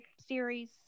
series